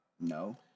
no